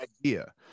idea